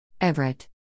Everett